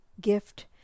gift